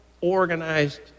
organized